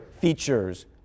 features